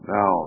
Now